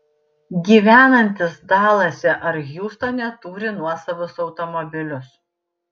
gyvenantys dalase ar hjustone turi nuosavus automobilius